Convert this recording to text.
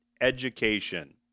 education